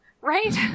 Right